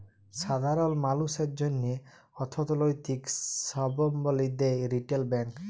সাধারল মালুসের জ্যনহে অথ্থলৈতিক সাবলম্বী দেয় রিটেল ব্যাংক